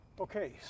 Okay